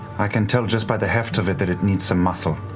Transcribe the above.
i can tell just by the heft of it that it needs some muscle.